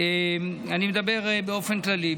אני מדבר באופן כללי.